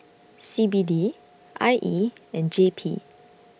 C B D I E and J P